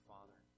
Father